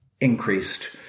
increased